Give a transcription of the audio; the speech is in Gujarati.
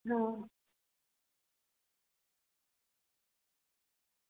હ